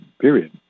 period